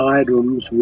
items